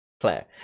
Claire